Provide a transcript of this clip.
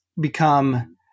become